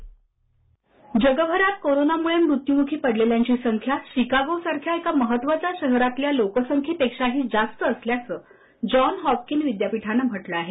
ध्वनी जगभरात कोरोनामुळे मृत्युमुखी पडलेल्यांची संख्या शिकागोसारख्या एका महत्त्वाच्या शहरातल्या लोकसंख्येपेक्षाही जास्त असल्याचं जॉन हॉपकीन विद्यापीठानं म्हटलं आहे